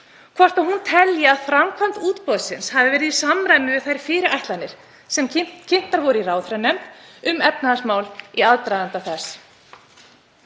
hvort hún telji að framkvæmd útboðsins hafi verið í samræmi við þær fyrirætlanir sem kynntar voru í ráðherranefnd um efnahagsmál í aðdraganda þess.